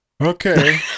Okay